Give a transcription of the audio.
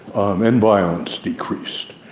um and violence decreased.